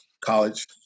college